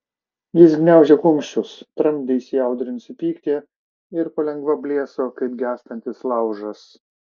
jis gniaužė kumščius tramdė įsiaudrinusį pyktį ir palengva blėso kaip gęstantis laužas